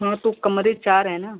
हाँ तो कमरे चार हैं ना